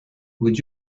would